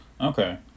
Okay